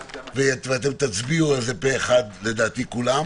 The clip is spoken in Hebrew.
ואתם תצביעו על זה פה אחד, לדעתי, כולם.